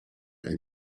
and